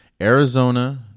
Arizona